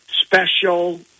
special